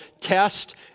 test